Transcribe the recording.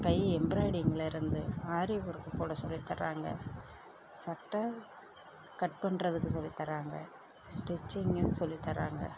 by எம்ப்ராயிடிங்கில் இருந்து ஆரி ஒர்க்கு போட சொல்லி தராங்க சட்டை கட் பண்ணுறதுக்கு சொல்லி தராங்க ஸ்டிச்சிங்கும் சொல்லி தராங்க